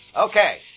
Okay